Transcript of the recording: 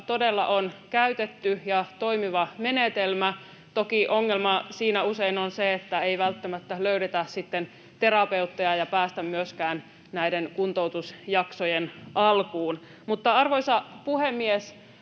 todella on käytetty ja toimiva menetelmä. Toki ongelma siinä usein on se, että ei välttämättä löydetä terapeutteja eikä päästä myöskään näiden kuntoutusjaksojen alkuun. Arvoisa puhemies!